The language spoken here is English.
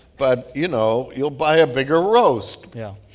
but, you know, you'll buy a bigger roast yeah.